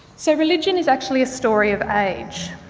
so, religion is actually a story of age.